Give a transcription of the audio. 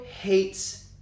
hates